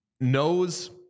knows